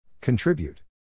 Contribute